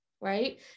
right